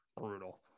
Brutal